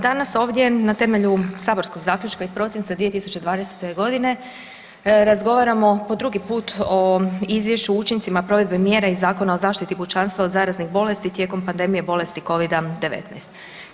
Danas ovdje na temelju saborskog zaključka iz prosinca 2020. g. razgovaramo po drugi put o Izvješću o učincima provedbe mjera iz Zakona o zaštiti pučanstva od zaraznih bolesti tijekom pandemije bolesti COVID-a 19.